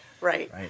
Right